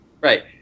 Right